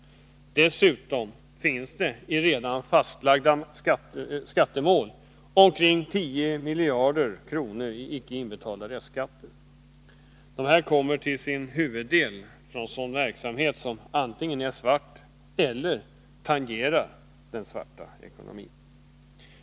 Dessutom finns det i redan fastlagda skattemål omkring 10 miljarder kronor i icke inbetalda restskatter. De kommer till sin huvuddel från sådan verksamhet som antingen är svart eller tangerar den svarta ekonomin.